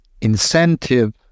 incentive